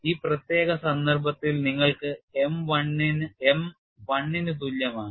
ഈ പ്രത്യേക സന്ദർഭത്തിൽ നിങ്ങൾക്ക് m 1 ന് തുല്യമാണ്